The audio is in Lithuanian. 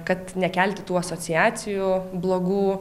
kad nekelti tų asociacijų blogų